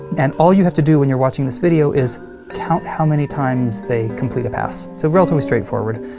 and all you have to do when you're watching this video is count how many times they complete a pass. so relatively straightforward,